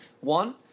One